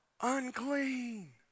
unclean